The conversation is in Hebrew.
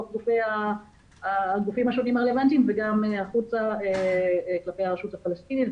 בתוך הגופים השונים הרלוונטיים וגם החוצה כלפי הרשות הפלסטינית,